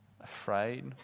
Afraid